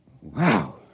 Wow